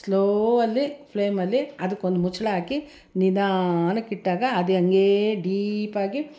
slow ಅಲ್ಲಿ ಫ್ಲೇಮಲ್ಲಿ ಅದಕ್ಕೊಂದು ಮುಚ್ಚಳ ಹಾಕಿ ನಿಧಾನಕ್ಕೆ ಇಟ್ಟಾಗ ಅದು ಹಂಗೆ ಡೀಪಾಗಿ